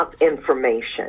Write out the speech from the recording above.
information